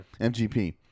MGP